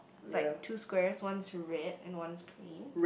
it's like two squares one's red and one's green